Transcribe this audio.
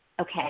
Okay